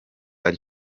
ari